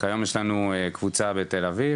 כיום יש לנו קבוצה בתל אביב,